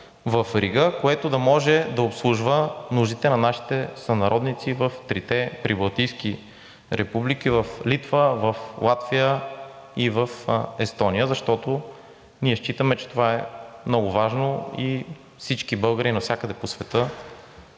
в Рига, което да може да обслужва нуждите на нашите сънародници в трите прибалтийски републики Литва, Латвия и Естония? Защото ние считаме, че това е много важно и всички българи навсякъде по света